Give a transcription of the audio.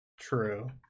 True